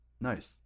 Nice